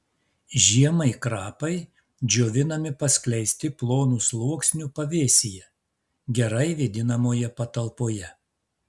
žiemai krapai džiovinami paskleisti plonu sluoksniu pavėsyje gerai vėdinamoje patalpoje